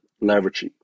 leverage